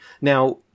Now